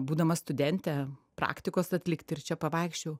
būdama studente praktikos atlikti ir čia pavaikščiojau